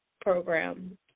program